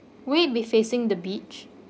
will it be facing the beach